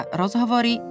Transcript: rozhovory